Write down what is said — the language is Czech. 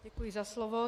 Děkuji za slovo.